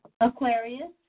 Aquarius